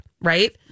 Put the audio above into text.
right